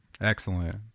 Excellent